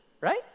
right